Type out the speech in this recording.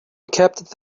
kept